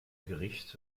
gericht